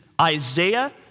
Isaiah